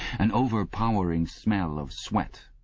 an overpowering smell of sweat,